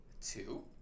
two